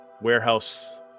warehouse